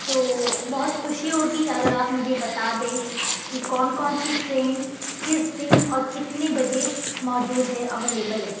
تو بہت خوشی ہوگی اگر آپ مجھے بتا دیں کہ کون کون سی ٹرین کس دن اور کتنے بجے موجود ہے اویلیبل ہے